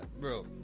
Bro